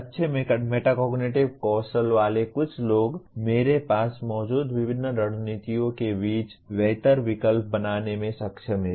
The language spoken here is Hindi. अच्छे मेटाकोग्निटिव कौशल वाले कुछ लोग मेरे पास मौजूद विभिन्न रणनीतियों के बीच बेहतर विकल्प बनाने में सक्षम हैं